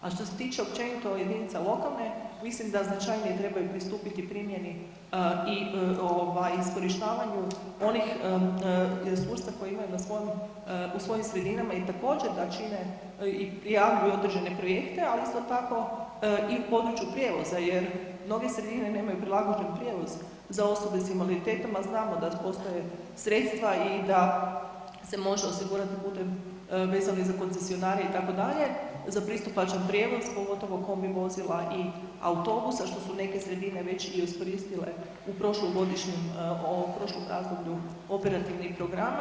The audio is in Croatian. A što se tiče općenito jedinica lokalne mislim da značajnije trebaju pristupiti primjeni i ovaj iskorištavanju onih resursa koje imaju na svom, u svojim sredinama i također da čine i prijavljuju određene projekte, ali isto tako i u području prijevoza jer mnoge sredine nemaju prilagođen prijevoz za osobe s invaliditetom, a znamo da postoje sredstva i da se može osigurat putem vezano i za koncesionare itd., za pristupačan prijevoz, pogotovo kombi vozila i autobuse, a što su neke sredine već i iskoristile u prošlogodišnjem, u ovom prošlom razdoblju operativnih programa.